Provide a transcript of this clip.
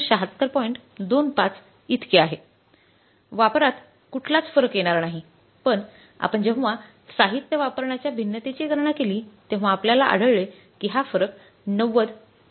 25 इतके आहे वापरात कुठलाच फरक येणार नाही पण आपण जेव्हा साहित्य वापरण्याच्या भिन्नतेची गणना केली तेव्हा आपल्याला आढळले की हा फरक 90 प्रतिकूल आहे